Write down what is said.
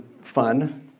fun